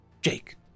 Jake